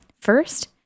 first